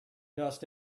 dust